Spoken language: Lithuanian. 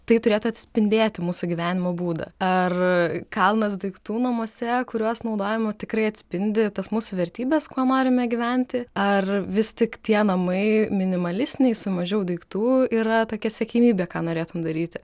tai turėtų atspindėti mūsų gyvenimo būdą ar kalnas daiktų namuose kuriuos naudojame tikrai atspindi tas mūsų vertybes kuo norime gyventi ar vis tik tie namai minimalistiniai su mažiau daiktų yra tokia siekiamybė ką norėtum daryti